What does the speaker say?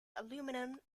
aluminium